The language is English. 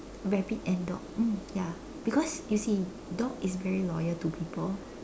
rabbit and dog mm ya because you see dog is very loyal to people